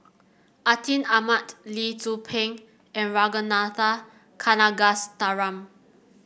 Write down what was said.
Atin Amat Lee Tzu Pheng and Ragunathar Kanagasuntheram